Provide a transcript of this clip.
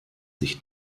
sich